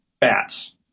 bats